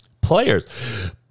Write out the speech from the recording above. Players